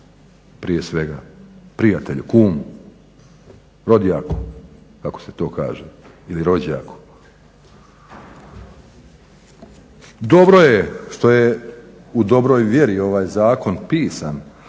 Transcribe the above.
prije svega, prijatelju, kumu, rodjaku, kako se to kaže ili rođaku. Dobro je što je u dobroj vjeri ovaj zakon pisan